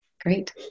Great